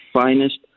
finest